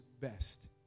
best